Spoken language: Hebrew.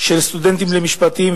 של סטודנטים למשפטים.